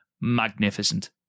magnificent